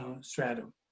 stratum